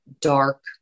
dark